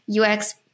UX